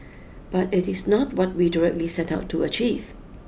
but it is not what we directly set out to achieve